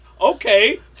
Okay